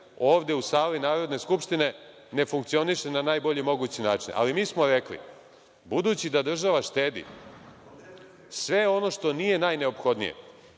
ovde u sali Narodne skupštine ne funkcioniše na najbolji mogući način, ali mi smo rekli, budući da država štedi, sve ono što nije najneophodnije,